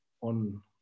on